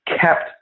kept